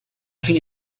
fine